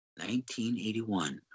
1981